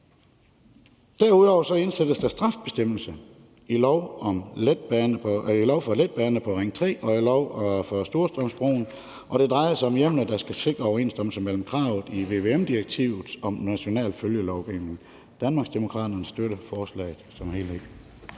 Derudover indsættes der en straffebestemmelse i lov om letbane på Ring 3 og i lov om Storstrømsbroen, og det drejer sig om hjemler, der skal sikre overensstemmelse mellem kravet i vvm-direktivet og den nationale følgelovgivning. Danmarksdemokraterne støtter forslaget som helhed.